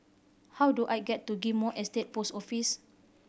how do I get to Ghim Moh Estate Post Office